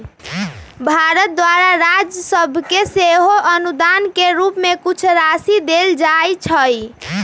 भारत द्वारा राज सभके सेहो अनुदान के रूप में कुछ राशि देल जाइ छइ